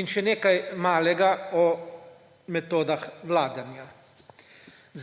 In še nekaj malega o metodah vladanja.